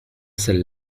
celle